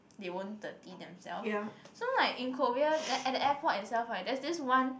they won't dirty themself so like in Korea then at the airport itself what there's this one